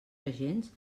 agents